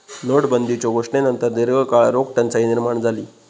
नोटाबंदीच्यो घोषणेनंतर दीर्घकाळ रोख टंचाई निर्माण झाली